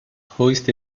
hoist